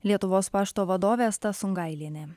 lietuvos pašto vadovė asta sungailienė